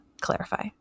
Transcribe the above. clarify